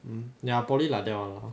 um ya poly like that [one] lor